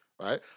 right